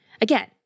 Again